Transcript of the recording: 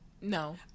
No